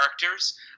characters